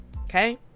Okay